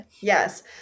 Yes